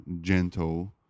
gentle